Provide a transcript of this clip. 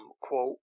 Quote